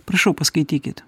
prašau paskaitykit